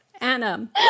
Anna